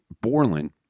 Borland